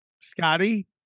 Scotty